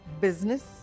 business